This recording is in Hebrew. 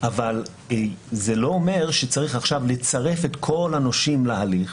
אבל זה לא אומר שצריך עכשיו לצרף את כל הנושים להליך,